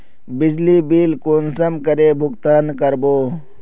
बिजली बिल कुंसम करे भुगतान कर बो?